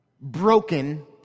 broken